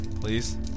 please